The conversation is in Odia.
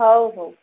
ହଉ ହଉ